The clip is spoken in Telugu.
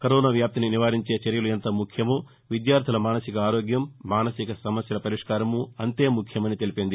కరోనా వ్యాప్తిని నివారించే చర్యలు ఎంత ముఖ్యమో విద్యార్దుల మానసిక ఆరోగ్యం మానసిక సమస్యల పరిష్కారమూ అంతే ముఖ్యమని తెలిపింది